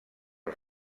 els